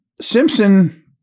Simpson